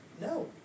No